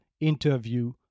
interview